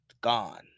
Gone